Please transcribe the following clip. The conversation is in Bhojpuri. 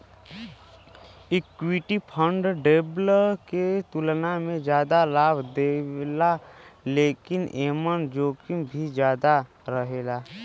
इक्विटी फण्ड डेब्ट के तुलना में जादा लाभ देला लेकिन एमन जोखिम भी ज्यादा रहेला